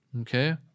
okay